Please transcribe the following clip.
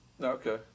Okay